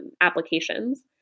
applications